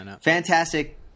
fantastic